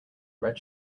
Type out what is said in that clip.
red